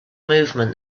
movement